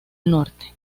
norte